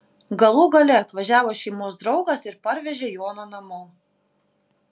galų gale atvažiavo šeimos draugas ir parvežė joną namo